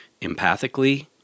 empathically